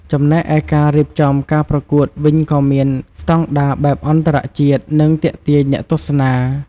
ចំណែកឯការរៀបចំការប្រកួតវិញក៏មានស្តង់ដារបែបអន្តរជាតិ និងទាក់ទាញអ្នកទស្សនា។